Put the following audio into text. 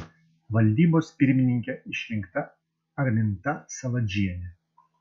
valdybos pirmininke išrinkta arminta saladžienė